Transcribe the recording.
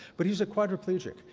but he's a quadriplegic.